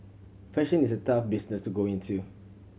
fashion is a tough business to go into